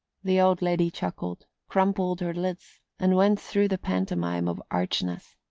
the old lady chuckled, crumpled her lids, and went through the pantomime of archness.